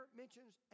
mentions